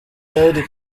byari